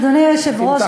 אדוני היושב-ראש,